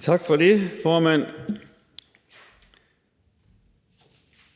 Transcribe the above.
Tak for det, formand.